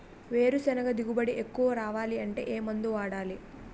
వేరుసెనగ దిగుబడి ఎక్కువ రావాలి అంటే ఏ మందు వాడాలి?